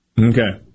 Okay